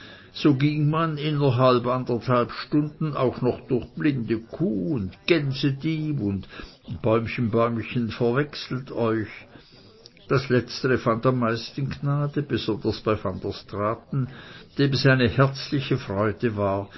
so ging man innerhalb anderthalb stunden auch noch durch blindekuh und gänsedieb und bäumchen bäumchen verwechselt euch das letztere fand am meisten gnade besonders bei van der straaten dem es eine herzliche freude war